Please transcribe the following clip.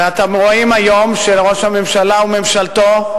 ואתם רואים היום, שראש הממשלה וממשלתו,